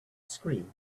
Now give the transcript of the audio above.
screen